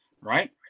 right